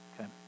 Okay